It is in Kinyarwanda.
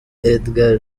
edgar